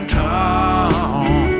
tall